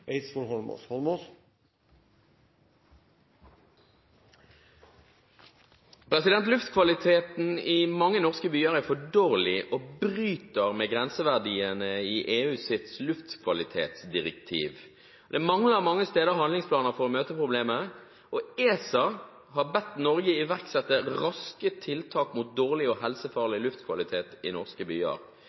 Eidsvoll Holmås. «Luftkvaliteten i mange norske byer er for dårlig og bryter med grenseverdiene i luftkvalitetsdirektivet. Det mangler mange steder handlingsplaner for å møte problemet. ESA har bedt Norge iverksette raske tiltak mot dårlig og helsefarlig luftkvalitet i norske byer.